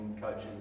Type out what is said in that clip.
coaches